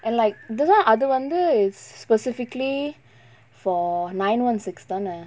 and like this [one] அது வந்து:athu vanthu is specifically for nine one six தான:thaana